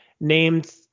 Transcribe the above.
named